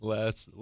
Last